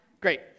Great